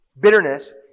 Bitterness